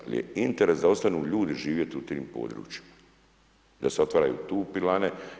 Ali je interes da ostanu ljudi živjeti u tim područjima, da se otvaraju tu pilane.